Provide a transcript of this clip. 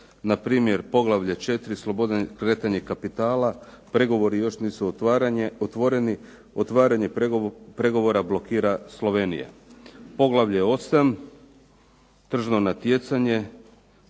Npr. poglavlje 4.-Sloboda kretanja kapitala, pregovori još nisu otvoreni, otvaranje pregovora blokira Slovenija. Poglavlje 11.-Poljoprivreda